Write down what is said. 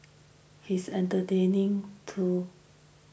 he is entertaining though